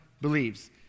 believes